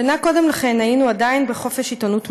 שנה קודם לכן היינו עדיין בחופש עיתונות מלא.